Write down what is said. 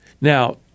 Now